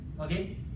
Okay